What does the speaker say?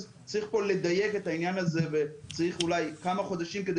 אז צריך פה לדייק את העניין הזה וצריך אולי כמה חודשים כדי